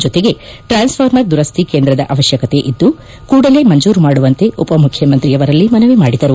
ಜೊತೆಗೆ ಟ್ರಾನ್ಸ್ಫಾರ್ಮರ್ ದುರಸ್ಥಿ ಕೇಂದ್ರದ ಅವಶ್ಯಕತೆ ಇದ್ದು ಕೂಡಲೇ ಮಂಜೂರು ಮಾಡುವಂತೆ ಉಪಮುಖ್ಯಮಂತ್ರಿಯವರಲ್ಲಿ ಮನವಿ ಮಾಡಿದರು